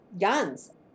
guns